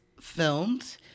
filmed